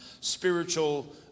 spiritual